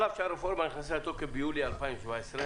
על אף שהרפורמה נכנסה לתוקף ביולי 2018,